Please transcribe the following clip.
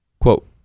Quote